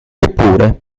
eppure